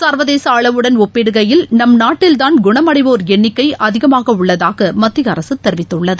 சர்வதேசஅளவுடன் ஒப்பிடுகையில் நம் நாட்டீல் தான் குணமடைவோர் எண்ணிக்கை அதிகமாக உள்ள தாகமத்திய அரசு தெரிவித்துள்ளது